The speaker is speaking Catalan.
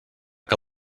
que